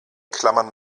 klammern